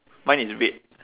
mine is red